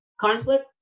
conflict